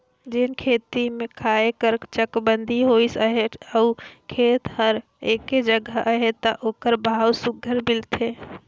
जेन कती खेत खाएर कर चकबंदी होइस अहे अउ खेत हर एके जगहा अहे ता ओकर भाव सुग्घर मिलथे